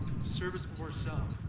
service before self,